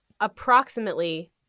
approximately